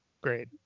Great